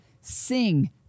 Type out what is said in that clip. sing